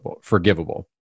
forgivable